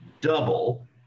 double